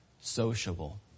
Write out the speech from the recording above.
sociable